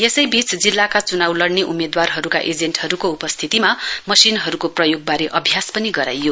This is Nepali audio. यसैबीच जिल्लाका च्नाउ लड्ने उम्मेद्वारहरूका एजेन्टहरूको उपस्थितिमा मशिनहरूको प्रयोगबारे अभ्यास पनि गराइयो